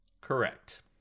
correct